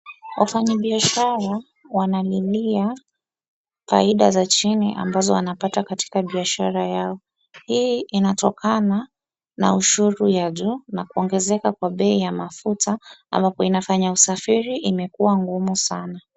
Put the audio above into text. Wafanyibiashara wanalilia faida za chini ambazo wanapata katika biashara yao. Hii inatokana na ushuru ya juu na kuongezaka na bei ya mafuta ambapo inafanya usafiri imekuwa ngumu sana.